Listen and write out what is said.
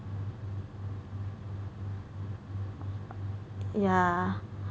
ya